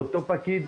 לאותו פקיד,